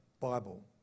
Bible